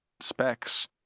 specs